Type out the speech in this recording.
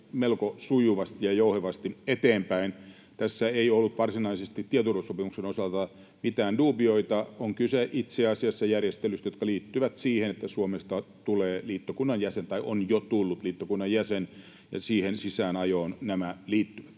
melko sujuvasti ja jouhevasti eteenpäin. Tässä ei ollut varsinaisesti tieturvallisuussopimuksen osalta mitään duubioita, on kyse itse asiassa järjestelyistä, jotka liittyvät siihen, että Suomesta tulee liittokunnan jäsen — tai on jo tullut liittokunnan jäsen — siihen si-säänajoon nämä liittyvät.